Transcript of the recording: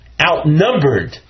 outnumbered